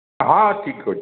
ହଁ